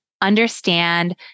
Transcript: understand